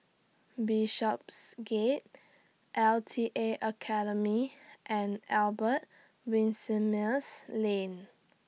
Bishopsgate L T A Academy and Albert Winsemius Lane